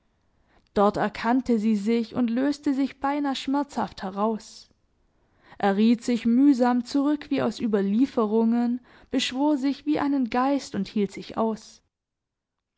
dort erkannte sie sich und löste sich beinah schmerzhaft heraus erriet sich mühsam zurück wie aus überlieferungen beschwor sich wie einen geist und hielt sich aus